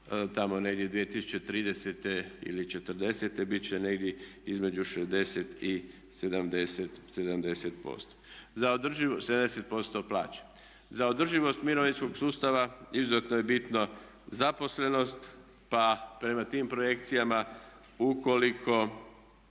tamo negdje 2030. ili '40.-te biti će negdje između 60 i 70%, 70% plaće. Za održivost mirovinskog sustava izuzetno je bitna zaposlenost pa prema tim projekcijama ukoliko